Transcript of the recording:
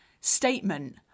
statement